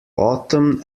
autumn